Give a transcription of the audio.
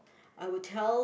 I would tell